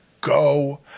go